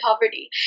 poverty